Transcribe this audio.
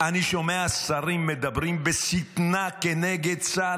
אני שומע שרים מדברים בשטנה כנגד צה"ל,